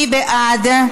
מי בעד?